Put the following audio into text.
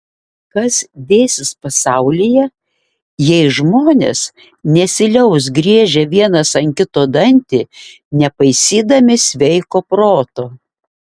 kas dėsis pasaulyje jei žmonės nesiliaus griežę vienas ant kito dantį nepaisydami sveiko proto